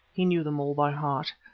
he knew them all by heart.